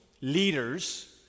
leaders